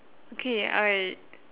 okay I